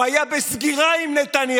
הוא היה בסגירה עם נתניהו.